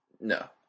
No